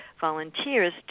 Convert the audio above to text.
volunteers